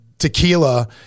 Tequila